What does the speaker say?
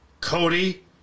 Cody